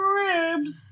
ribs